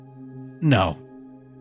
No